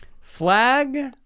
flag